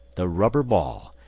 the rubber ball,